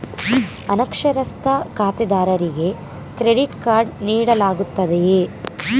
ಅನಕ್ಷರಸ್ಥ ಖಾತೆದಾರರಿಗೆ credit card ನೀಡಲಾಗುತ್ತದೆಯೇ?